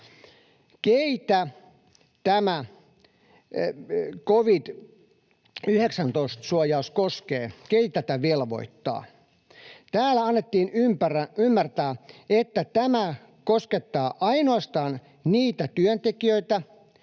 Keitä tämä covid-19-suojaus koskee? Keitä tämä velvoittaa? Täällä annettiin ymmärtää, että tämä koskettaa ainoastaan niitä työntekijöitä,